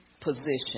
position